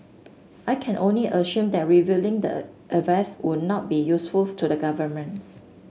I can only assume that revealing the advice would not be useful to the government